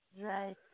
Right